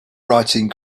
writing